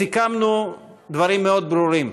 סיכמנו דברים מאוד ברורים: